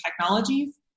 technologies